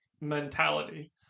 mentality